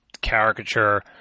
caricature